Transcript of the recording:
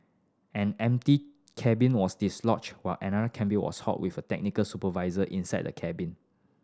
an empty cabin was dislodged while another cabin was halted with a technical supervisor inside the cabin